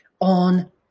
on